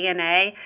DNA